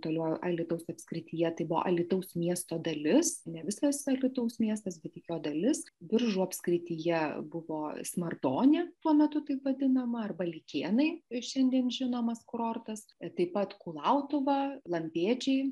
toliau alytaus apskrityje tai buvo alytaus miesto dalis ne visas alytaus miestas bet tik jo dalis biržų apskrityje buvo smardonė tuo metu taip vadinama arba likėnai ir šiandien žinomas kurortas taip pat kulautuva lampėdžiai